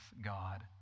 God